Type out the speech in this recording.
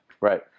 right